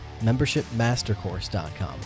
membershipmastercourse.com